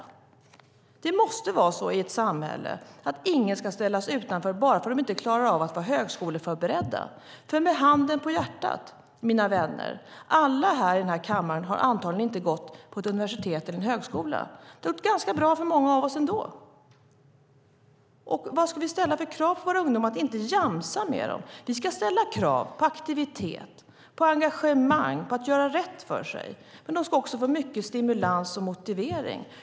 Det måste vara så i ett samhälle att ingen ska ställas utanför bara för att de inte klarar av att vara högskoleförberedda. Med handen på hjärtat, mina vänner, har alla i den här kammaren antagligen inte gått på ett universitet eller en högskola. Det har gått ganska bra för många av oss ändå. Vi ska ställa krav på våra ungdomar. Vi ska ställa krav på aktivitet, engagemang och på att de ska göra rätt för sig. Men de ska också få mycket stimulans och motivation.